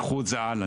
תיקחו את זה הלאה.